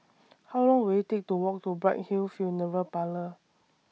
How Long Will IT Take to Walk to Bright Hill Funeral Parlour